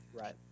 right